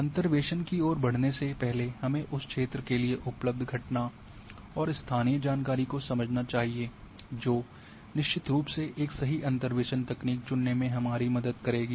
अंतर्वेसन की और बढ़ने से पहले हमें उस क्षेत्र के लिए उपलब्ध घटना और स्थानीय जानकारी को समझना चाहिए जो निश्चित रूप से एक सही अंतर्वेसन तकनीक चुनने में हमारी मदद करेगी